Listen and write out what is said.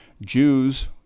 Jews